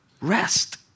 rest